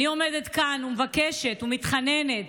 אני עומדת כאן ומבקשת ומתחננת,